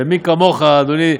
ומי כמוך, אדוני,